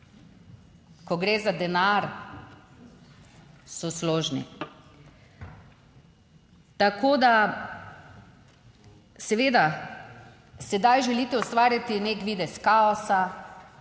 Ko gre za denar so složni. Tako da, seveda sedaj želite ustvariti nek videz kaosa,